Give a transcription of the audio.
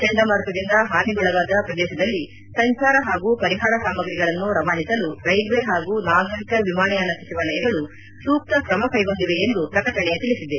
ಚಂಡಮಾರುತದಿಂದ ಹಾನಿಗೊಳಗಾದ ಪ್ರದೇಶದಲ್ಲಿ ಸಂಚಾರ ಹಾಗೂ ಪರಿಹಾರ ಸಾಮಗ್ರಿಗಳನ್ನು ರವಾನಿಸಲು ರೈಲ್ವೆ ಹಾಗೂ ನಾಗರಿಕ ವಿಮಾನಯಾನ ಸಚಿವಾಲಯಗಳು ಸೂಕ್ತ ಕ್ರಮ ಕೈಗೊಂಡಿವೆ ಎಂದು ಪ್ರಕಟಣೆ ತಿಳಿಸಿದೆ